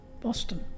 Boston